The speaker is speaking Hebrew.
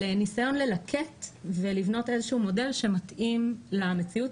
ניסיון ללקט ולבנות מודל שמתאים למציאות